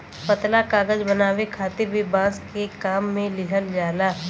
पतला कागज बनावे खातिर भी बांस के काम में लिहल जाला